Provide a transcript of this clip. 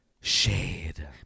shade